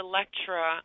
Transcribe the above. Electra